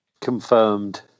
confirmed